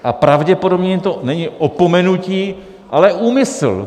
A pravděpodobně to není opomenutí, ale úmysl.